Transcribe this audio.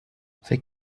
فکر